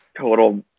Total